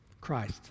Christ